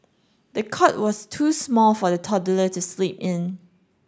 the cot was too small for the toddler to sleep in